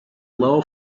low